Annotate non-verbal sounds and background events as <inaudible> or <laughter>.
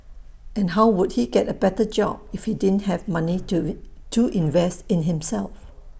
and how would he get A better job if he didn't have money to <hesitation> to invest in himself